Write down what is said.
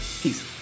Peace